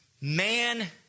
man